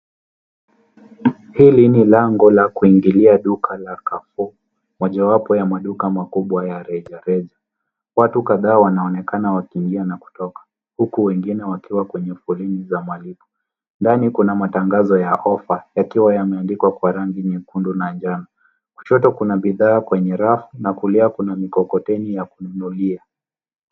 Hili ni lango la kuingilia duka la Carrefour, mojawapo ya maduka makubwa ya rejareja. Watu kadhaa wanaonekana wakiingia na kutoka, huku wengine wakiwa kwenye foleni za malipo. Ndani kuna matangazo ya ofa, yakiwa yameandikwa kwa rangi nyekundu na njano. Kushoto kuna bidhaa kwenye rafu na kulia kuna mikokoteni ya kuinulia.